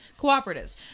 Cooperatives